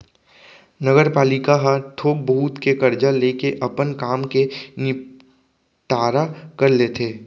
नगरपालिका ह थोक बहुत के करजा लेके अपन काम के निंपटारा कर लेथे